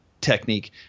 technique